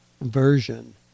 version